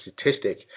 statistic